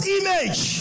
image